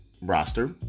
roster